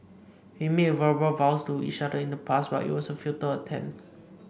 we made verbal vows to each other in the past but it was a futile attempt